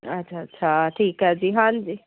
ਅੱਛਾ ਅੱਛਾ ਠੀਕ ਹੈ ਜੀ ਹਾਂਜੀ